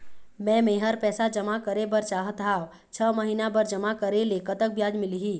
मे मेहर पैसा जमा करें बर चाहत हाव, छह महिना बर जमा करे ले कतक ब्याज मिलही?